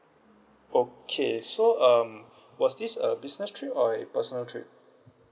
okay so um was this a business trip or a personal trip